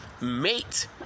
Mate